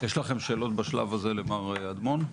יש לכם שאלות בשלב הזה למר אדמון?